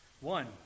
One